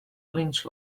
lynch